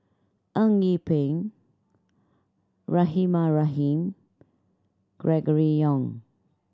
Eng Yee Peng Rahimah Rahim Gregory Yong